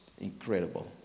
incredible